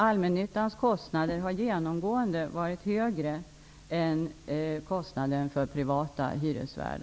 Allmännyttans kostnader har genomgående varit högre än kostnaderna för privata hyresvärdar.